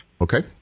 Okay